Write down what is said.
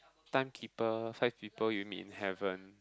time keeper Five People You Meet in Heaven